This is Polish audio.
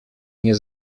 nie